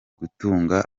gutunga